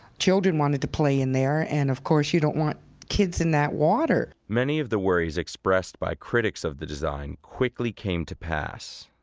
children wanted to play in there, and of course, you don't want kids in that water many of the worries expressed by critics of the design quickly came to pass.